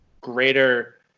greater